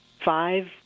five